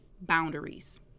boundaries